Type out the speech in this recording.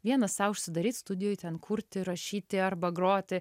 vienas sau užsidaryt studijoj ten kurti rašyti arba groti